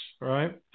right